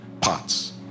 parts